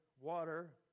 water